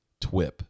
TWIP